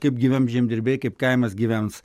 kaip gyvens žemdirbiai kaip kaimas gyvens